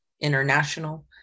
international